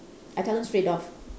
I tell them straight off